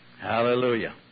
Hallelujah